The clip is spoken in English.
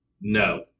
No